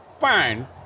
fine